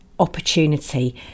opportunity